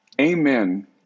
amen